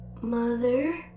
Mother